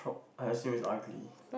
I assume it's ugly